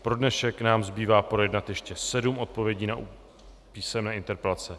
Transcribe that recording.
Pro dnešek nám zbývá projednat ještě sedm odpovědí na písemné interpelace.